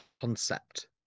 concept